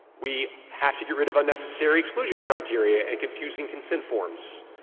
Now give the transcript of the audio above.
we have to get rid of unnecessary exclusion criteria and confusing consent forms.